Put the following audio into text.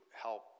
help